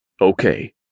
Okay